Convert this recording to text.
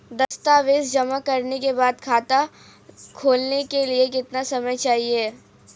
दस्तावेज़ जमा करने के बाद खाता खोलने के लिए कितना समय चाहिए?